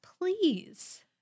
Please